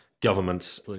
governments